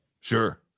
sure